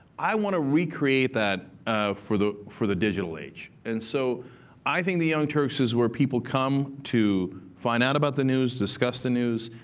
i want to recreate that for the for the digital age. and so i think the young turks is where people come to find out about the news, discuss the news.